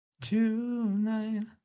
Tonight